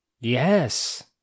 Yes